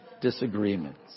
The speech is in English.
disagreements